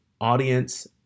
audience